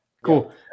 Cool